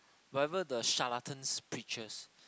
whatever the charlatan's preaches